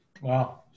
Wow